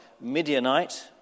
Midianite